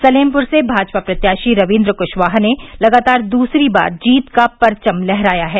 सलेमपुर से भाजपा प्रत्याशी रवीन्द्र कुशावाहा ने लगातार दूसरी बार जीत का परचम लहराया है